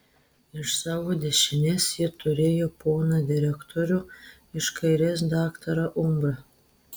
iš savo dešinės ji turėjo poną direktorių iš kairės daktarą umbrą